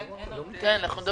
ולכן אין